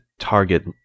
target